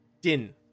din